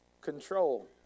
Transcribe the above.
control